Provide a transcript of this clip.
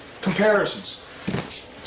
comparisons